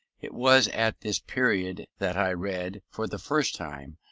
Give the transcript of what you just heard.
it was at this period that i read, for the first time,